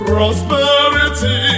Prosperity